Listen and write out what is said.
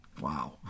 wow